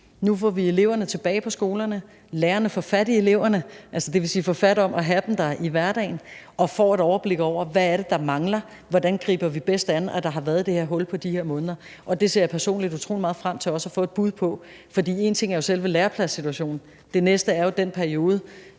for et øjeblik siden – og lærerne får fat i eleverne, altså får fat om at have dem i hverdagen, og får et overblik over, hvad det er, der mangler. Hvordan griber vi det bedst an, at der har været det her hul på de her måneder? Det ser jeg personligt utrolig meget frem til også at få et bud på. For en ting er jo selve lærepladssituationen; noget andet er den periode,